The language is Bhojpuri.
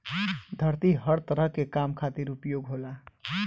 धरती हर तरह के काम खातिर उपयोग होला